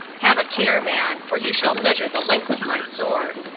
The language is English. have a care, man, or you shall measure the length of my sword.